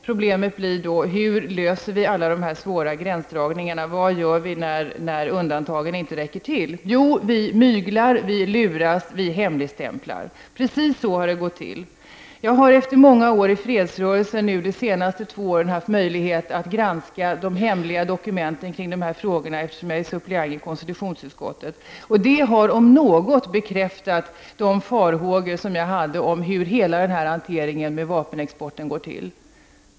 Frågan blir då: Hur löser vi alla dessa svåra gränsdragningsproblem? Vad gör vi när undantagen inte räcker till? Jo, vi myglar, vi luras, vi hemligstämplar. Precis så har det gått till. Jag har efter många år i fredsrörelsen under de senaste två åren haft möjlighet att granska de hemliga dokumenten kring dessa frågor, eftersom jag är suppleant i konstitutionsutskottet. Det har om något bekräftat de farhågor jag hade om hur hela denna hantering med vapenexporten går till.